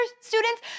students